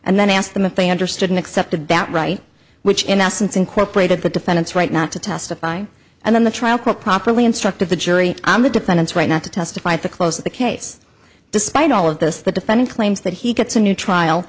and then ask them if they understood and accepted that right which in essence incorporated the defendant's right not to testify and then the trial court properly instructed the jury on the defendant's right not to testify at the close of the case despite all of this the defendant claims that he gets a new trial